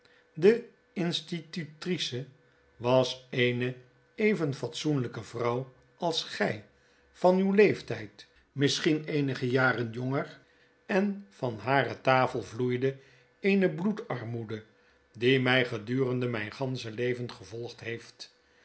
de institutrice was eene even fatsoenlijke vrouw als gij van uw leeftyd misschien eenige jaren jonger en van hare tafel vloeide eene bloedarmoede die my gedurende myngansche leven vervolgd heeft